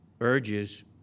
urges